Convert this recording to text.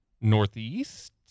Northeast